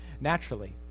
naturally